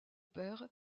père